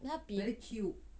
它它